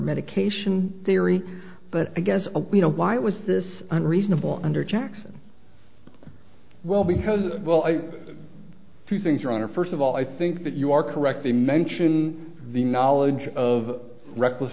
medication theory but i guess you know why was this unreasonable under jackson well because well i two things are on her first of all i think that you are correct to mention the knowledge of reckless